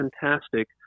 fantastic